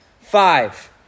Five